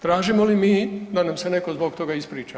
Tražimo li mi da nam se netko zbog toga ispriča?